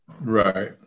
Right